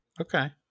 okay